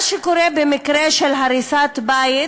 מה שקורה במקרה של הריסת בית,